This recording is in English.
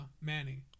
Manning